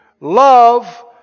love